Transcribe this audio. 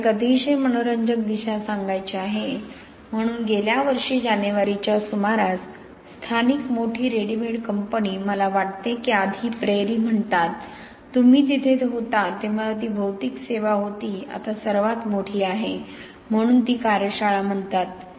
मला एक अतिशय मनोरंजक दिशा सांगायची आहे म्हणून गेल्या वर्षी जानेवारीच्या सुमारास स्थानिक मोठी रेडीमेड कंपनी मला वाटते की आधी प्रेरी म्हणतात तुम्ही तिथे होता तेव्हा ती भौतिक सेवा होती आता सर्वात मोठी आहे म्हणून ते कार्यशाळा म्हणतात